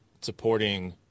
supporting